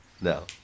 No